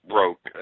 Broke